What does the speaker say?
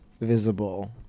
visible